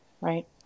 right